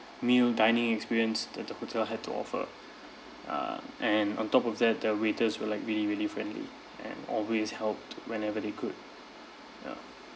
meal dining experience that the hotel had to offer uh and on top of that the waiters were like really really friendly and always helped whenever they could ya